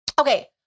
okay